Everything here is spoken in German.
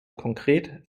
konkret